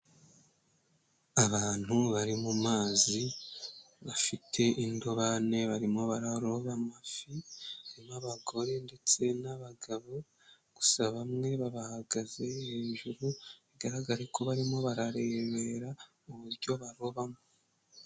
Abantu bari mu mazi bafite indobane barimo bararoba amafi, harimo abagore ndetse n'abagabo gusa bamwe baba bahagaze hejuru bigaragare ko barimo bararebera uburyo barobamo.